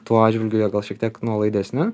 tuo atžvilgiu jie gal šiek tiek nuolaidesni